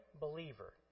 believer